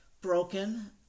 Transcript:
broken